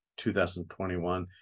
2021